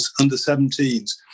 under-17s